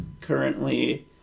currently